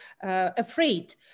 afraid